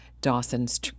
Dawson's